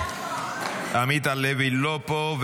עמית הלוי לא פה.